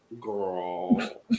Girl